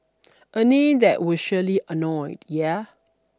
a name that will surely annoy yeah